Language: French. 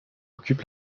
occupe